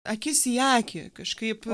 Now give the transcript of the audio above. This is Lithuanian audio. akis į akį kažkaip